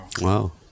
Wow